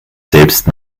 selbst